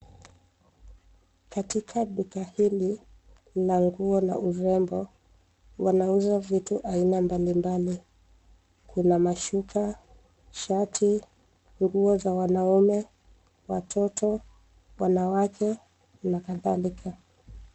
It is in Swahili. Katika duka hili la nguo na urembo, wanauza vitu aina mbalimbali. Kuna mashuka, shati, nguo za wanaume, watoto, wanawake na kadhalika